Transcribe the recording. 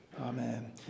Amen